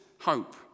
hope